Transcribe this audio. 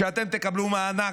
אתם תקבלו מענק.